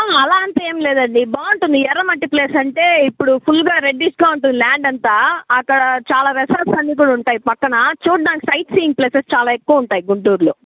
అలా అంటూ ఏమి లేదండి బాగుంటుంది ఎర్రమట్టి ప్లేస్ అంటే ఇప్పుడు ఫుల్గా రెడ్దిష్గా ఉంటుంది ల్యాండ్ అంతా అక్కడా చాలా రిసార్ట్స్ అన్నీ కూడా ఉంటాయి పక్కనా చూడడానికి సైట్ సీయింగ్ ప్లేసెస్ చాలా ఎక్కువ ఉంటాయి గుంటూరులో